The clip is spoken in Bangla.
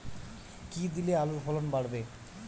কী দিলে আলুর ফলন বাড়বে?